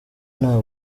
nta